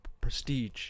prestige